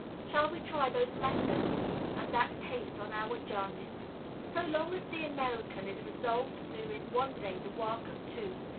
shall we try those methods and that pace on our journeys? so long as the american is resolved to do in one day the work of two,